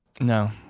No